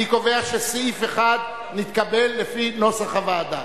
אני קובע שסעיף 1 נתקבל כנוסח הוועדה.